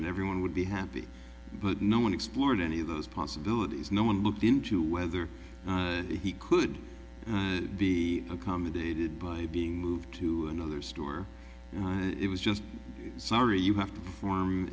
and everyone would be happy but no one explored any of those possibilities no one looked into whether he could be accommodated by being moved to another store and it was just you sorry you have to perform